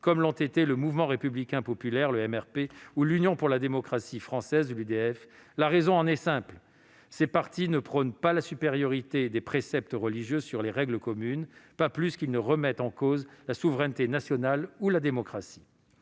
comme l'ont été le Mouvement républicain populaire, le MRP, ou l'Union pour la démocratie française, l'UDF. La raison en est simple : ces partis ne prônent pas la supériorité des préceptes religieux sur les règles communes, pas plus qu'ils ne remettent en cause la souveraineté nationale ou la démocratie.